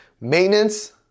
maintenance